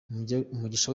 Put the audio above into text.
umugisha